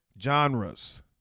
genres